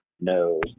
no